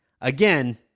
again